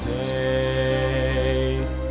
days